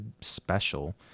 special